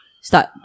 start